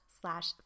slash